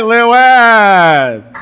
Lewis